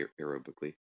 aerobically